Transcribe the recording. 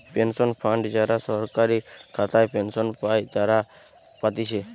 pension fund যারা সরকারি খাতায় পেনশন পাই তারা পাতিছে